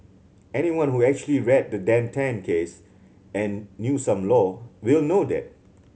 anyone who actually read the Dan Tan case and knew some law will know that